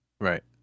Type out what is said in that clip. Right